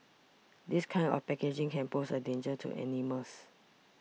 this kind of packaging can pose a danger to animals